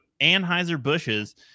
Anheuser-Busch's